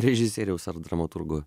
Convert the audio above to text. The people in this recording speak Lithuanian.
režisieriaus ar dramaturgo